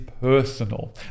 personal